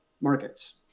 markets